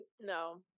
No